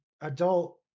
adult